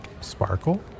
sparkle